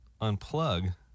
unplug